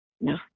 No